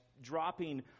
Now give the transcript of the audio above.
dropping